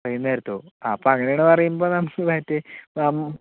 വൈകുന്നേരത്തോ ആ അപ്പോൾ അങ്ങനെയെന്ന് പറയുമ്പോൾ നമ്മൾ മറ്റെ നമ്